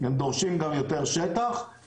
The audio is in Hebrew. והוא גם חסיד התכנון